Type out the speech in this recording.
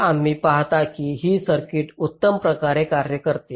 तर तुम्ही पाहता की ही सर्किट उत्तम प्रकारे कार्य करते